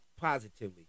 positively